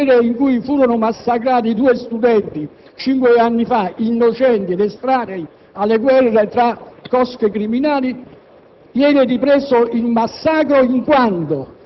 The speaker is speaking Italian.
è ripreso nel quartiere di Pianura, in cui furono massacrati due studenti cinque anni fa, innocenti ed estranei alla guerre tra cosche criminali,